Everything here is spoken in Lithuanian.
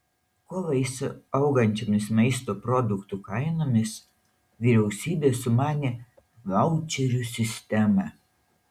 kovai su augančiomis maisto produktų kainomis vyriausybė sumanė vaučerių sistemą